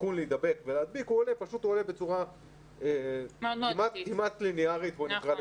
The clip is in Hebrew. הסיכון להידבק ולהדביק פשוט עולה בצורה כמעט ליניארית.